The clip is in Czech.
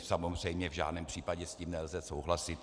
Samozřejmě v žádném případě s tím nelze souhlasit.